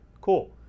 cool